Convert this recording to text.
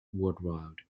worldwide